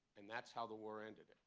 and that's how the war ended.